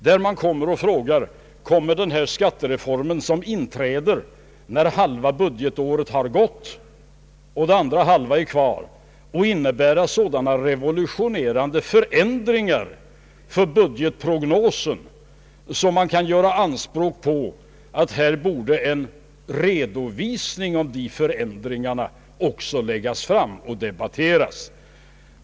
Det har frågats om den här skattereformen som inträder när halva budgetåret har gått innebär sådana revolutionerande förändringar för budgetprognoser att man kan göra anspråk på att få en redovisning av förändringarna framlagd för att debatteras.